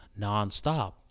nonstop